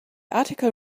article